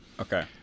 okay